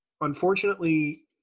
unfortunately